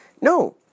No